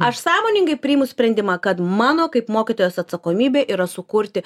aš sąmoningai priimu sprendimą kad mano kaip mokytojos atsakomybė yra sukurti